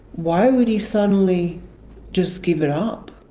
why would he suddenly just give it up?